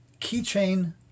keychain